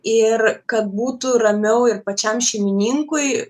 ir kad būtų ramiau ir pačiam šeimininkui